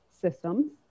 systems